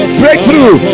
breakthrough